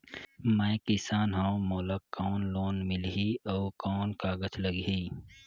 मैं किसान हव मोला कौन लोन मिलही? अउ कौन कागज लगही?